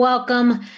Welcome